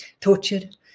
tortured